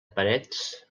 parets